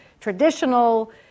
traditional